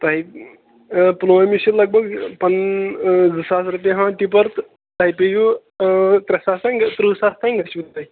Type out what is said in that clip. تۄہہِ پُلوٲمِس چھِ لگ بگ پَنُن زٕ ساس رۄپیہِ ہٮ۪وان ٹِپَر تہٕ تۄہہِ پٮ۪وٕ ترٛےٚ ساس تانۍ تٕرٛہ ساس تانۍ گٔژھِوٕ تۄہہِ